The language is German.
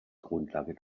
grundlage